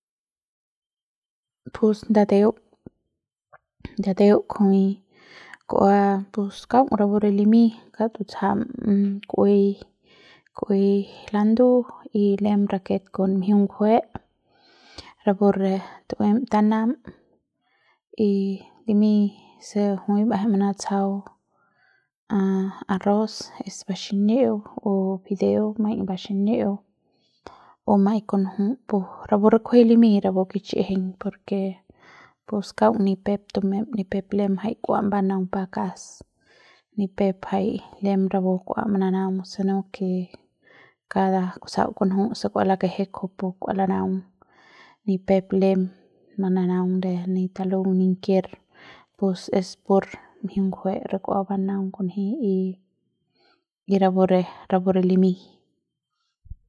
pus ndateu ndateu kujui kua pus kaung rapu re limiñ kaung tutsjam ku'uei ku'uei landu y le rake kon mjiung ngjue' rapu re tu'ui tanam y limiñ se jui ba'eje manatsjau arroz es ba xiñi'u o fideo maiñ ba xiñi'u o ma'ai kunju pu rapu re kunji limiñ rapu kich'ijiñ porke pus kaung ni pep tumem ni pep lem njai kua banaung pakas ni pep jai lem rapu kua manaung se no ke kada kusau kunju se kua lakje kujupu kua lanaung ni pep lem manaung re ni talung ninker pus es por mjiung ngjue re kua banaung kunji y rapu re rapu re limiñ.